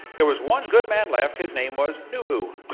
there was one good man left his name was nu-u.